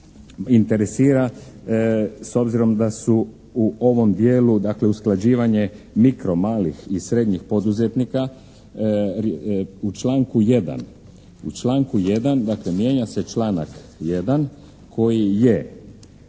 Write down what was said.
interesira s obzirom da su u ovom dijelu, dakle usklađivanje mikro, malih i srednjih poduzetnika u članku 1. dakle mijenja se članak 1. koji je